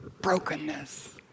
brokenness